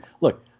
look